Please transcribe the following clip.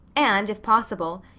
and, if possible,